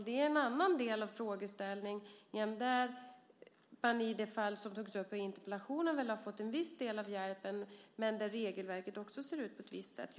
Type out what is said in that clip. Det är en annan del i frågeställningen. Där har man väl i det fall som togs upp i interpellationen fått en viss del av hjälpen, men även där ser regelverket ut på ett visst sätt.